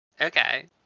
Okay